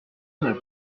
neuf